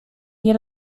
nie